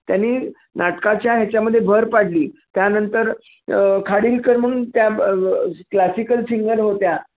त्यांनी नाटकाच्या ह्याच्यामध्ये भर पाडली त्यानंतर खाडिलकर म्हणून त्या क्लासिकल सिंगर होत्या